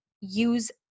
use